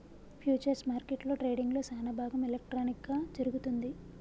futures మార్కెట్లో ట్రేడింగ్లో సానాభాగం ఎలక్ట్రానిక్ గా జరుగుతుంది